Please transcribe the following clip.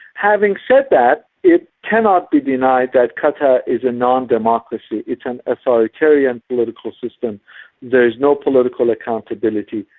having said that, it cannot be denied that qatar is a non-democracy. it's an authoritarian political system there is no political accountability,